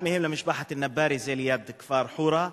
אחד מהם של משפחת אלנבארי, זה ליד כפר חורה,